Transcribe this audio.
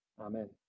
Amen